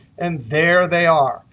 and there they are.